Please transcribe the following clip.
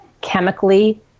chemically